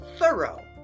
Thorough